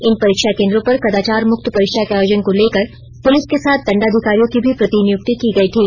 इन परीक्षा केंद्रों पर कदाचार मुक्त परीक्षा के आयोजन को लेकर पुलिस के साथ दंडाधिकारियों की भी प्रतिनियुक्ति की गई थी